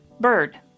Bird